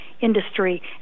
industry